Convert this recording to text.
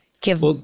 give